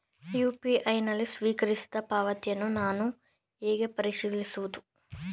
UPI ನಲ್ಲಿ ಸ್ವೀಕರಿಸಿದ ಪಾವತಿಗಳನ್ನು ನಾನು ಹೇಗೆ ಪರಿಶೀಲಿಸುವುದು?